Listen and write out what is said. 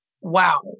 Wow